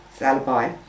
alibi